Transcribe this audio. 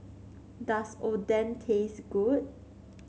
does Oden taste good